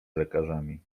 lekarzami